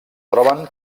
troben